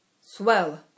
Swell